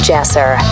Jasser